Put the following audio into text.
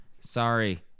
Sorry